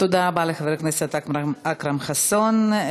תודה רבה לחבר הכנסת אכרם חסון.